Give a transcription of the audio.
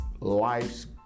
life's